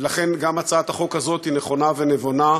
לכן גם הצעת החוק הזאת היא נכונה ונבונה,